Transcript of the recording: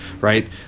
right